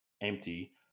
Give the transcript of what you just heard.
empty